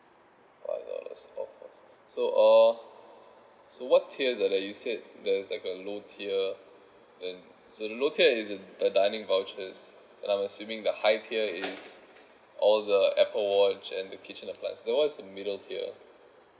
five dollars off so uh so what tiers are that you said there's like a low tier and so the low tier is the dining vouchers I'm assuming the high tier is all the apple watch and the kitchen appliances then what's the middle tier